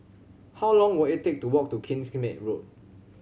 how long will it take to walk to Kings Road